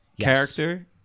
character